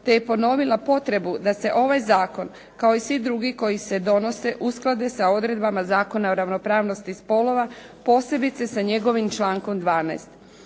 te je ponovila potrebu da se ovaj zakon kao i svi drugi koji se donose usklade sa odredbama Zakona o ravnopravnosti spolova posebice sa njegovim člankom 12.